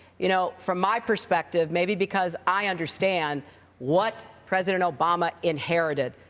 you know, from my perspective, maybe because i understand what president obama inherited,